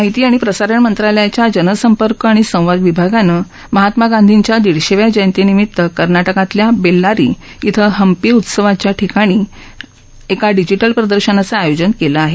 माहिती आणि प्रसारण मंत्रालयाच्या जनसंपर्क आणि संवाद विभागानं महात्मा गांधीच्या दीडशेव्या जयंतीनिमित कर्नाटकमधल्या बेल्लारी इथं हंपी उत्सवाच्या ठिकाणी एका डिजीटल प्रदर्शनाचं आयोजन केलं आहे